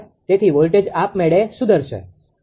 તેથી વોલ્ટેજ આપમેળે સુધરશે